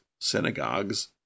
synagogues